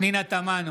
פנינה תמנו,